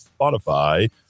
Spotify